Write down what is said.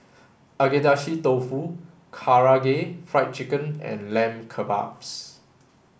Agedashi Dofu Karaage Fried Chicken and Lamb Kebabs